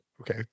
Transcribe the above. Okay